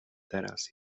teraz